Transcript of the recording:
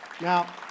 Now